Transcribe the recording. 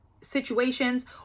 situations